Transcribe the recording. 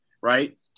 right